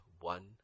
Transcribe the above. one